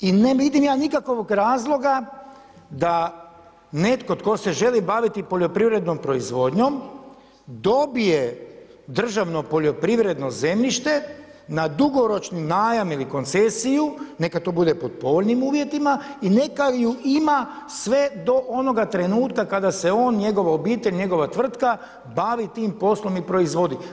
I ne vidim ja nikakvog razloga da ne tko tko se želi baviti poljoprivrednom proizvodnjom dobije državno poljoprivredno zemljište na dugoročni najam ili koncesiju, neka to bude pod povoljnim uvjetima i neka ju ima sve do onoga trenutka kada se on, njegova obitelj, tvrtka bavi tim poslom i proizvodi.